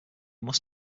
must